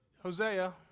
Hosea